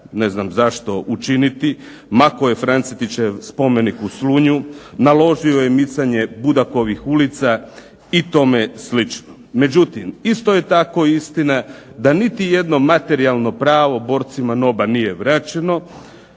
ne znam zašto učiniti, mako je Francetićev spomenik u Slunju, naložio je micanje Budakovih ulica i tome slično. Međutim, isto je tako istina da niti jedno materijalno pravo borcima NOBA-a nije vraćeno